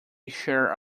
share